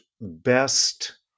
best